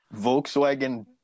Volkswagen